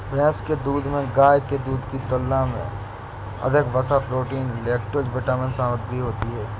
भैंस के दूध में गाय के दूध की तुलना में अधिक वसा, प्रोटीन, लैक्टोज विटामिन सामग्री होती है